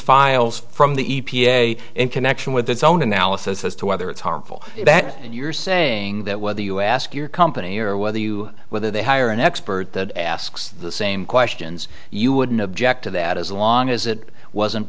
files from the e p a in connection with its own analysis as to whether it's harmful and you're saying that whether us your company or whether you whether they hire an expert that asks the same questions you wouldn't object to that as long as it wasn't